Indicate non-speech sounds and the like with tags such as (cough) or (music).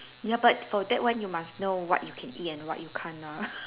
ya but for that one you must know what you can eat and what you can't lah (laughs)